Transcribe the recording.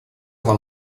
del